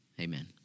amen